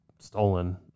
stolen